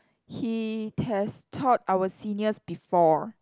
he has taught our seniors before